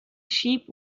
sheep